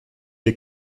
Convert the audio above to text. les